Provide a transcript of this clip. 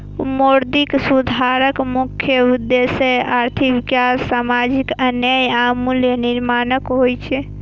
मौद्रिक सुधारक मुख्य उद्देश्य आर्थिक विकास, सामाजिक न्याय आ मूल्य नियंत्रण होइ छै